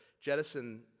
jettison